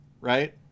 right